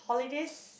holidays